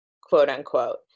quote-unquote